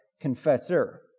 confessor